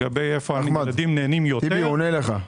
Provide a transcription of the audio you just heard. היכן הילדים נהנים יותר,